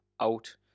out